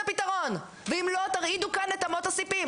הפתרון ואם לא תרעידו כאן את אמות הסיפים.